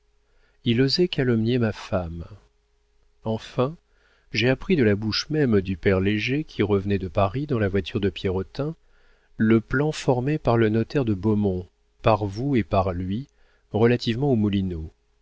il osait calomnier ma femme enfin j'ai appris de la bouche même du père léger qui revenait de paris dans la voiture de pierrotin le plan formé par le notaire de beaumont par vous et par lui relativement aux moulineaux